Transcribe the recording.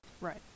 Right